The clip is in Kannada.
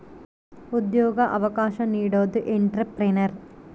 ಉದ್ಯೋಗ ಅವಕಾಶ ನೀಡೋದು ಎಂಟ್ರೆಪ್ರನರ್